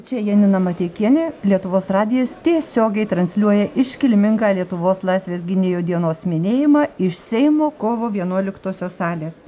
čia janina mateikienė lietuvos radijas tiesiogiai transliuoja iškilmingą lietuvos laisvės gynėjų dienos minėjimą iš seimo kovo vienuoliktosios salės